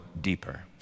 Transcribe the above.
deeper